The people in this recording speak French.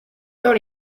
dans